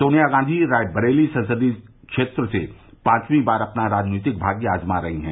सोनिया गांधी रायबरेली संसदीय क्षेत्र से पांचवी बार अपना राजनैतिक भाग्य आज़मा रही है